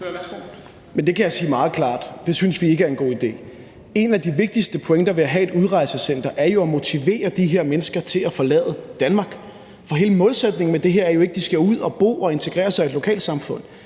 (V): Det kan jeg sige meget klart: Det synes vi ikke er en god idé. En af de vigtigste pointer ved at have et udrejsecenter er jo at motivere de her mennesker til at forlade Danmark, for hele målsætningen med det her er jo ikke, at de skal ud og bo og integrere sig i et lokalsamfund.